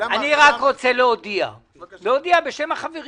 אני רק רוצה להודיע בשם החברים